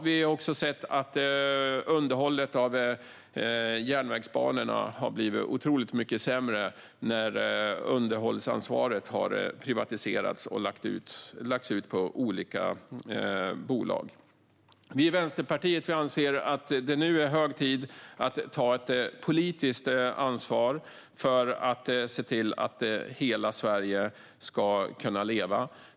Vi har också sett att underhållet av järnvägsbanorna har blivit otroligt mycket sämre när underhållsansvaret har privatiserats och lagts ut på olika bolag. Vi i Vänsterpartiet anser att det nu är hög tid att ta politiskt ansvar för att se till att hela Sverige ska kunna leva.